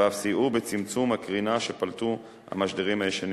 ואף סייעו בצמצום הקרינה שפלטו המשדרים הישנים.